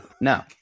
No